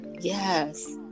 Yes